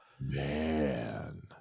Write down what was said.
Man